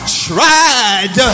tried